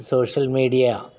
social media